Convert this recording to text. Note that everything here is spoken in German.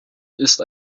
ist